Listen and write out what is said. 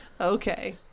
Okay